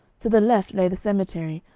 to the left lay the cemetery,